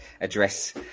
address